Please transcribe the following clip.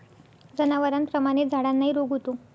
जनावरांप्रमाणेच झाडांनाही रोग होतो